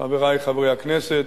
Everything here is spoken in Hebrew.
חברי חברי הכנסת: